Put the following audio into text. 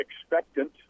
expectant